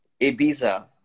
Ibiza